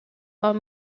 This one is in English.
are